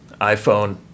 iPhone